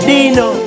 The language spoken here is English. Dino